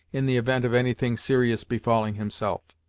in the event of any thing serious befalling himself.